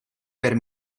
per